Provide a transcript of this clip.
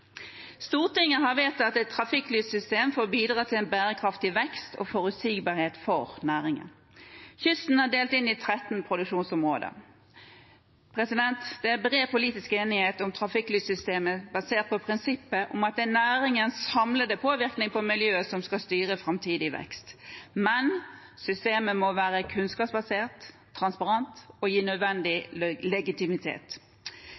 Stortinget har vedtatt et trafikklyssystem for å bidra til en bærekraftig vekst og forutsigbarhet for næringen. Kysten er delt inn i 13 produksjonsområder. Det er bred politisk enighet om trafikklyssystemet basert på prinsippet om at det er næringens samlede påvirkning på miljøet som skal styre framtidig vekst. Men systemet må være kunnskapsbasert, transparent og gi